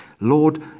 Lord